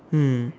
mm